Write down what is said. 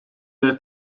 their